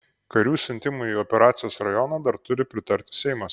karių siuntimui į operacijos rajoną dar turi pritarti seimas